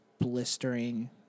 blistering